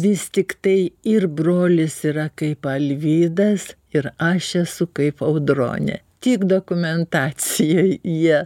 vis tiktai ir brolis yra kaip alvydas ir aš esu kaip audronė tik dokumentacijoj jie